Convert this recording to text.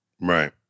Right